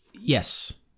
Yes